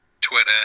Twitter